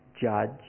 judge